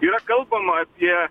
yra kalbama apie